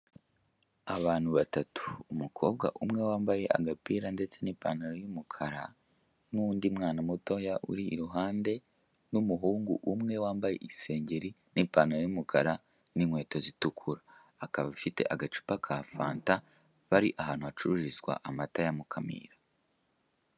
Abantu batatu, umukobwa umwe wambaye agapira ndetse n'ipantaro y'umukara n'undi mwana mutoya uri iruhande n'umuhungu umwe wambaye isengeri n'ipantaro y'umukara n'inkweto zitukura, akaba afite agacupa ka fanta, bari ahantu hacururizwa amata ya Mukamira.